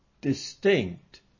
distinct